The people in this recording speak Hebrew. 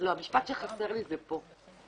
המשפט שחסר לי הוא פה.